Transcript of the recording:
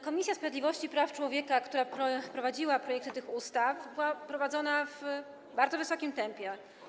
Komisja Sprawiedliwości i Praw Człowieka, która prowadziła projekty tych ustaw, pracowała w bardzo szybkim tempie.